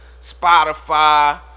Spotify